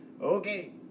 okay